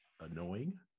annoying